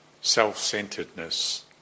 self-centeredness